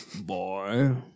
Boy